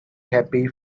happy